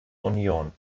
union